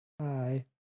Hi